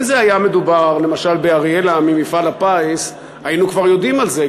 אם היה מדובר למשל באראלה ממפעל הפיס היינו כבר יודעים על זה,